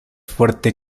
fuerte